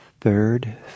third